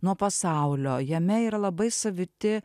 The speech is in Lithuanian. nuo pasaulio jame yra labai saviti